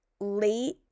late